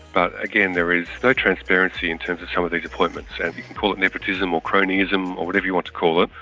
but again, there is no transparency in terms of some of these appointments. and you can call it nepotism or cronyism or whatever you want to call it,